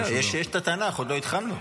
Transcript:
יש את התנ"ך, עוד לא התחלנו.